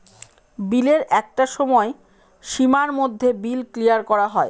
বিলের একটা সময় সীমার মধ্যে বিল ক্লিয়ার করা হয়